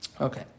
Okay